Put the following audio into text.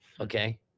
okay